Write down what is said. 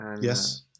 Yes